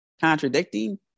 contradicting